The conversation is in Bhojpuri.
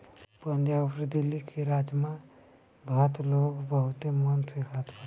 पंजाब अउरी दिल्ली में राजमा भात लोग बहुते मन से खात बाटे